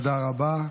תודה רבה.